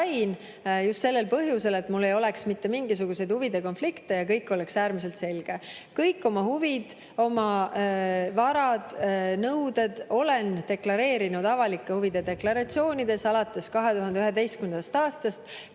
just sellel põhjusel, et mul ei oleks mitte mingisugust huvide konflikti ja kõik oleks äärmiselt selge. Kõik oma huvid, varad ja nõuded olen deklareerinud avalikult huvide deklaratsioonides alates 2011. aastast,